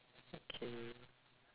okay